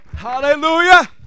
Hallelujah